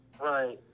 Right